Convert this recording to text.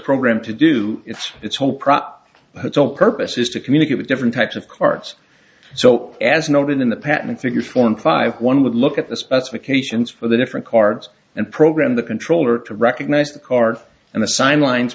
programmed to do if it's hope it's all purpose is to communicate with different types of cards so as noted in the patent figure form five one would look at the specifications for the different cards and program the controller to recognise the card and assign lines